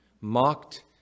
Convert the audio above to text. Mocked